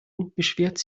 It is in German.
beschwerte